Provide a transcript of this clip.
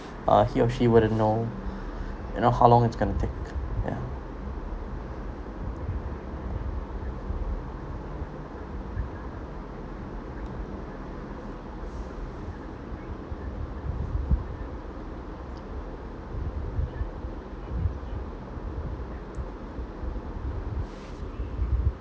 ah he or she wouldn't know you know how long it's going to take ya